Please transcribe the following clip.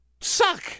suck